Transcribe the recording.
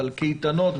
אבל לקייטנות,